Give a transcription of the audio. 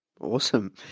Awesome